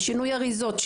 שינוי אריזות,